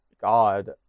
God